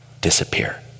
disappear